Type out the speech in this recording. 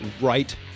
right